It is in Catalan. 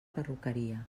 perruqueria